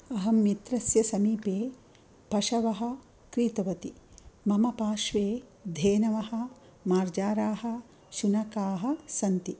अहं मित्रस्य समीपे पशवः क्रीतवती मम पार्श्वे धेनवः मार्जाराः शुनकाः सन्ति